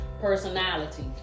personality